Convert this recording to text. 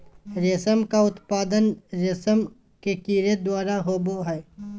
रेशम का उत्पादन रेशम के कीड़े द्वारा होबो हइ